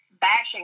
bashing